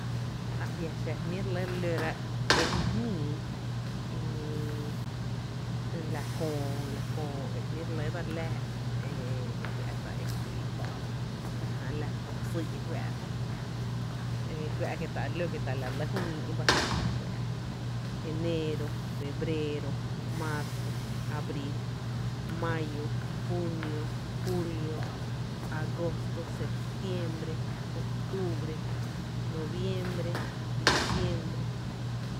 kujé’n e ‘lóó’, jé’n jy ñǿǿ, jmⱥⱥ e dse jñí ‘myy’, jmⱥⱥ edse jñi jy kuⱥⱥ’ wÿÿ, jy ‘myy’ jñó jy, jy xýyý jý, jy méésa jy, enɇ e nún e re láá’ra kö’. ⱥ’ jé jnⱥⱥ e náá’ fí kié’ xí nǿǿ: